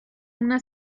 una